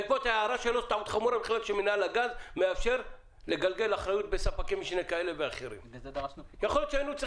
לגבי "סיפק גז לצרכן גז בלא שהתקשר